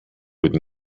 would